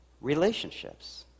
relationships